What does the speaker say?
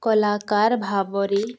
କଳାକାର ଭାବରେ